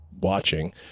watching